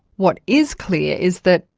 what is clear is that,